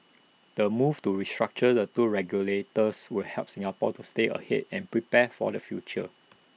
the move to restructure the two regulators will help Singapore to stay ahead and prepare for the future